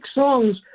songs